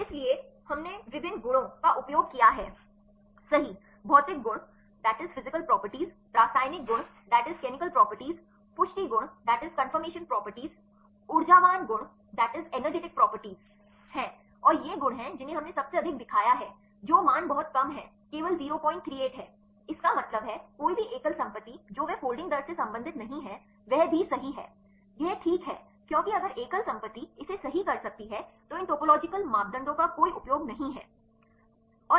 इसलिए हमने विभिन्न गुणों का उपयोग किया है सही भौतिक गुण रासायनिक गुण पुष्टि गुण ऊर्जावान गुण हैं और ये गुण हैं जिन्हें हमने सबसे अधिक दिखाया है जो मान बहुत कम हैं केवल 038 है इसका मतलब है कोई भी एकल संपत्ति जो वे फोल्डिंग दर से संबंधित नहीं है वह भी सही है यह ठीक है क्योंकि अगर एकल संपत्ति इसे सही कर सकती है तो इन टोपोलॉजिकल मापदंडों का कोई उपयोग नहीं है और